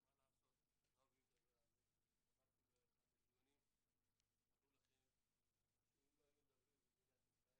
ואני אשמח אם תאמר כמה מילים לפני שאנחנו נתחיל בדיון המקצועי.